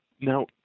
Now